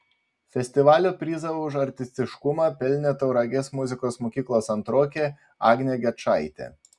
festivalio prizą už artistiškumą pelnė tauragės muzikos mokyklos antrokė agnė gečaitė